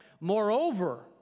Moreover